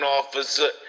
officer